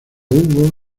hubo